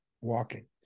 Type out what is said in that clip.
walking